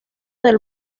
del